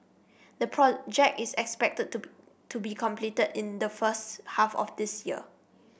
the project is expected to be completed in the first half of this year